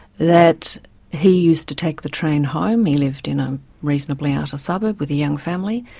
that he used to take the train home, he lived in a reasonably outer suburb with a young family,